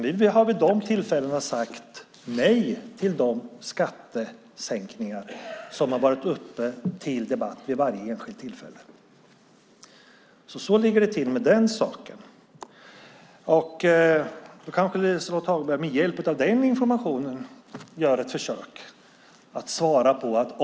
Vi har vid dessa tillfällen sagt nej till de skattesänkningar som vid varje enskilt tillfälle har varit uppe till debatt. Så ligger det till med den saken. Med hjälp av den informationen kanske Liselott Hagberg kan göra ett försök att svara på min fråga.